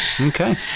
okay